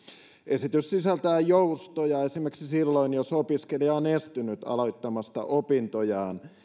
esitys sisältää joustoja esimerkiksi silloin jos opiskelija on estynyt aloittamasta opintojaan